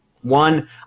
one